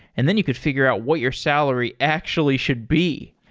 and then you could figure out what your salary actually should be.